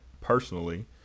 personally